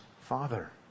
Father